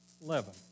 Eleven